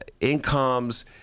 incomes